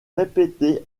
répéter